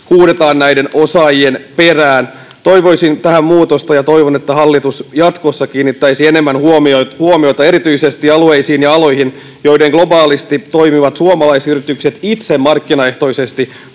huudetaan näiden osaajien perään. Toivoisin tähän muutosta ja toivon, että hallitus jatkossa kiinnittäisi enemmän huomiota erityisesti alueisiin ja aloihin, joiden globaalisti toimivat suomalaisyritykset itse markkinaehtoisesti